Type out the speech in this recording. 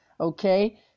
okay